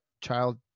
child